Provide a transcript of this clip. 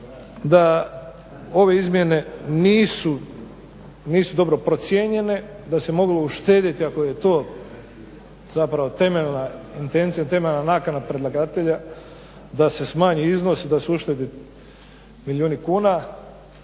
da ove izmjene nisu dobro procijenjene, da se moglo uštedjeti ako je to zapravo temeljna intencija, temeljna nakana predlagatelja da se smanji iznos i da su uštede milijuni kuna.